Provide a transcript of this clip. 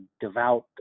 devout